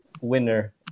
winner